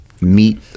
Meet